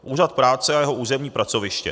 Úřad práce a jeho územní pracoviště.